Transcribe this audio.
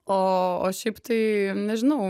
o o šiaip tai nežinau